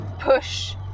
push